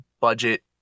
budget